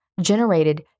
generated